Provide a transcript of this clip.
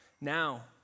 now